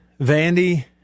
Vandy